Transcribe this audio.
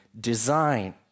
design